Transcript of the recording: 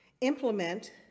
implement